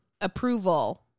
approval